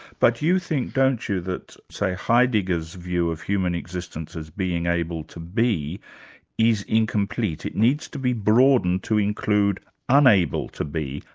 but you think don't you that say, heidegger's view of human existence as being able to be is incomplete, it needs to be broadened to include unable to be,